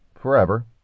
forever